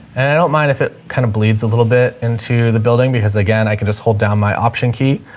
and i don't mind if it kind of bleeds a little bit into the building because again, i can just hold down my option key,